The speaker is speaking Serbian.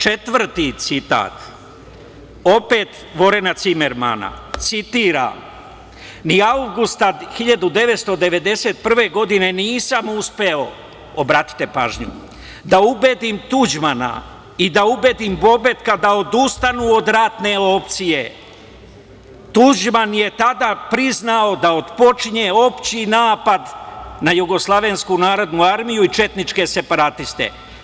Četvrti citat, opet Vorena Cimerana, citiram – ni avgusta 1991. godine nisam uspeo, obratite pažnju, da ubedim Tuđmana i da ubedim Bobetka da odustanu od ratne opcije, Tuđman je tada priznao da počinje opšti napad na JNA i četničke separatiste.